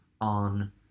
on